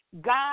God